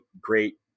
great